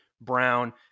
Brown